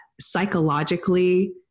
psychologically